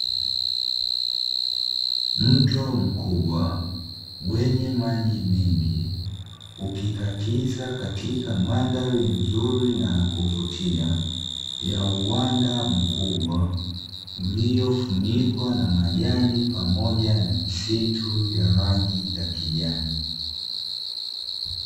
Mto mkubwa wenye maji mengi uikikatiza katika mandhari nzuri na ya kuvutia ya uwanda mkubwa, uliofunikwa na majani pamoja na msitu wa rangi ya kijani.